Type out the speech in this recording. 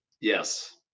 yes